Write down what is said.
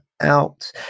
out